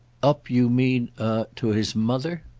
up, you mean a to his mother?